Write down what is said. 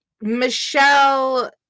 Michelle